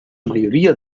mayoría